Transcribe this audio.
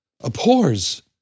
abhors